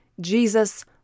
Jesus